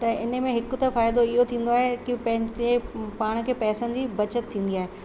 त इन में हिक त फ़ाइदो इहो थींदो आहे कि पाण खे पाण खे पैसनि जी बचति थींदी आहे